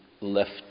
left